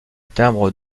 timbre